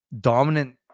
Dominant